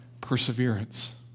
perseverance